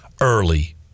early